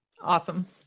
Awesome